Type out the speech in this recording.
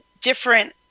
different